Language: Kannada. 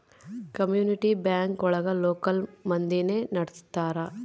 ಕಮ್ಯುನಿಟಿ ಬ್ಯಾಂಕ್ ಒಳಗ ಲೋಕಲ್ ಮಂದಿನೆ ನಡ್ಸ್ತರ